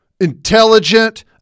intelligent